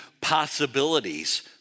possibilities